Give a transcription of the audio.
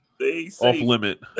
off-limit